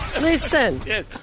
Listen